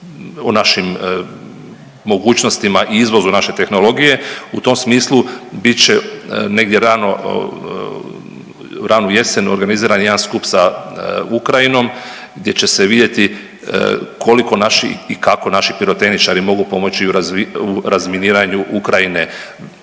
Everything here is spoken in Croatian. o našim mogućnostima i izvozu naše tehnologije. U tom smislu, bit će negdje rano, u ranu jesen organiziran jedan skup sa Ukrajinom, gdje će se vidjeti koliko naši i kako naši pirotehničari mogu pomoći u razminiranju Ukrajine,